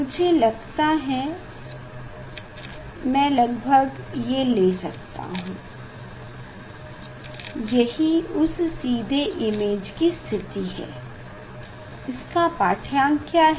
मुझे लगता है में लगभग ये लेता हूँ यही उस सीधे इमेज की स्थिति है इसका पाढ़यांक क्या है